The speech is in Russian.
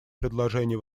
предложение